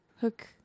hook